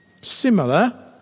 Similar